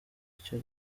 icyo